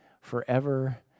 forever